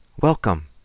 Welcome